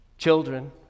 Children